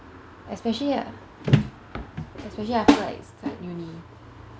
especially like especially after like start uni